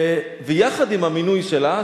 ויחד עם המינוי שלה,